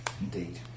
Indeed